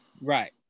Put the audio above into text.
right